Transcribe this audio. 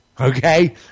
okay